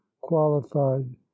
qualified